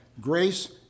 Grace